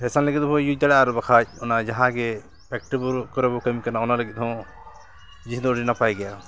fashion ᱞᱟᱹᱜᱤᱫ ᱫᱚ ᱵᱚᱱ ᱤᱭᱩᱡᱽ ᱫᱟᱲᱮᱭᱟᱜᱼᱟ ᱟᱨ ᱵᱟᱠᱷᱟᱱ ᱚᱱᱟ ᱡᱟᱦᱟᱸ ᱜᱮ ᱯᱷᱮᱠᱴᱨᱤ ᱵᱩᱨᱩ ᱚᱱᱟ ᱠᱚᱨᱮ ᱵᱚᱱ ᱠᱟᱹᱢᱤ ᱠᱟᱱᱟ ᱚᱱᱟ ᱞᱟᱹᱜᱤᱫ ᱦᱚᱸ ᱡᱤᱱᱥ ᱫᱚ ᱟᱹᱰᱤ ᱱᱟᱯᱟᱭ ᱜᱮᱭᱟ